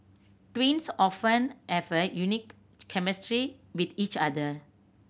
twins often have a unique chemistry with each other